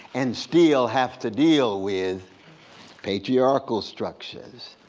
and still have to deal with patriarchal structures,